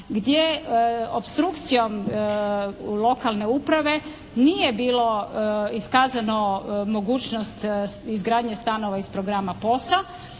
gdje opstrukcijom lokalne uprave nije bilo iskazano mogućnost izgradnje stanova iz programa POS-a